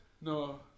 No